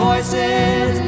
Voices